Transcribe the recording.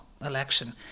election